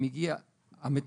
אם הגיע מטפל,